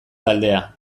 taldea